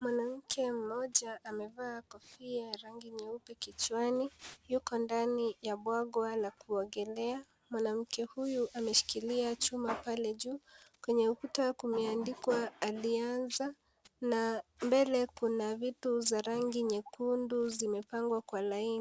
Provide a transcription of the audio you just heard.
Mwanamke moja amevaa kofia ya rangi nyeupe kichwani. Yuko ndani ya bwawa la kuogelea. Mwanamke huyo ameshikilia juma pale juu kwenye ukuta kumeandikwa alianza na mbele kuna vitu za rangi nyekundu zimepigwa kwa laini.